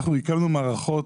אנחנו הקמנו מערכות